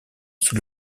sous